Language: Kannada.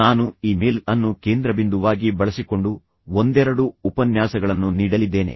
ನಾನು ಇ ಮೇಲ್ ಅನ್ನು ಕೇಂದ್ರಬಿಂದುವಾಗಿ ಬಳಸಿಕೊಂಡು ಒಂದೆರಡು ಉಪನ್ಯಾಸಗಳನ್ನು ನೀಡಲಿದ್ದೇನೆ